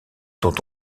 dont